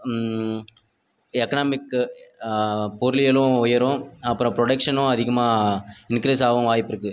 economic பொருளியலும் உயரும் அப்புறம் ப்ரொடக்ஷனும் அதிகமாக இன்க்ரீஸ் ஆகவும் வாய்ப்பிருக்குது